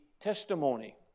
testimony